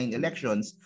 elections